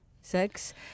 sex